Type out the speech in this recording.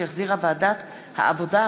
שהחזירה ועדת העבודה,